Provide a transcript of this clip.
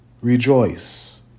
Rejoice